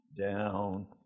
down